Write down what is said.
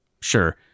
Sure